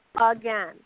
again